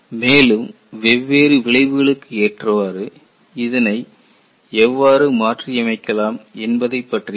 மேலும் வெவ்வேறு விளைவுகளுக்கு ஏற்றவாறு இதனை எவ்வாறு மாற்றியமைக்கலாம் என்பதைப் பற்றியும் பார்க்கலாம்